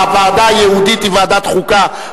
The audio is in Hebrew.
הוועדה הייעודית היא ועדת החוקה,